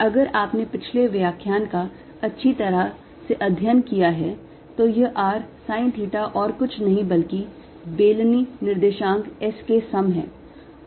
और अगर आपने पिछले व्याख्यान का अच्छी तरह से अध्ययन किया है तो यह r sine theta और कुछ नहीं बल्कि बेलनी निर्देशांक S के सम है